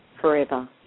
forever